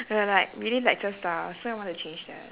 were like really lecture style so I want to change that